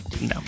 No